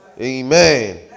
Amen